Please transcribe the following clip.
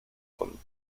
con